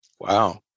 Wow